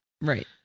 Right